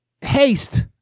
haste